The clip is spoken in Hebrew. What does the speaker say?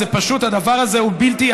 הדבר הזה הוא בלתי,